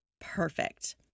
perfect